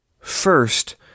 First